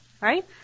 Right